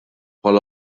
bħala